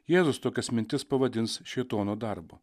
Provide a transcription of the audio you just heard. jėzus tokias mintis pavadins šėtono darbu